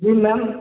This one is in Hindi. जी मैम